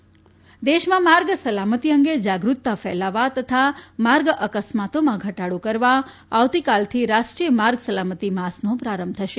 માર્ગ સલામતી દેશમાં માર્ગ સલામતી અંગે જાગૃતતા ફેલાવવા તથા માર્ગ અકસ્માતોમાં ઘટાડો કરવા આવતીકાલથી રાષ્ટ્રીઅંય માર્ગ સલામતી માસનો પ્રારંભ થશે